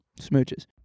Smooches